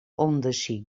ûndersyk